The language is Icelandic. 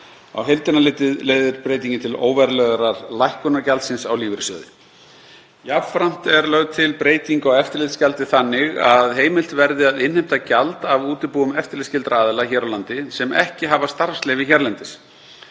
Á heildina litið leiðir breytingin til óverulegrar lækkunar gjaldsins á lífeyrissjóði. Jafnframt er lögð til breyting á eftirlitsgjaldi þannig að heimilt verði að innheimta gjald af útibúum eftirlitsskyldra aðila hér á landi sem ekki hafa starfsleyfi hérlendis.